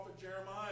Jeremiah